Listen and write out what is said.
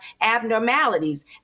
abnormalities